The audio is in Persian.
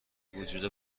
وجود